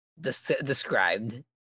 described